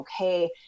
Okay